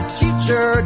teacher